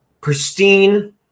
pristine